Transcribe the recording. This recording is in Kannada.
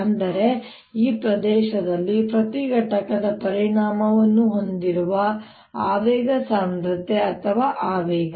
ಅಂದರೆ ಈ ಪ್ರದೇಶದಲ್ಲಿ ಪ್ರತಿ ಘಟಕದ ಪರಿಮಾಣವನ್ನು ಹೊಂದಿರುವ ಆವೇಗ ಸಾಂದ್ರತೆ ಅಥವಾ ಆವೇಗ